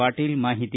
ಪಾಟೀಲ್ ಮಾಹಿತಿ